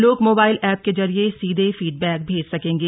लोग mobile app के जरिये सीधे फीडबैक भेज सकेंगे